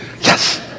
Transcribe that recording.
Yes